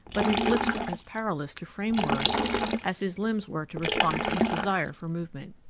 but his lips were as powerless to frame words as his limbs were to respond to his desire for movement.